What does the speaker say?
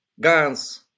guns